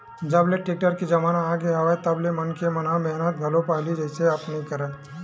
जब ले टेक्टर के जमाना आगे हवय तब ले मनखे मन ह मेहनत घलो पहिली जइसे अब नइ करय